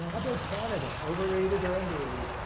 about canada? overrated or underrated?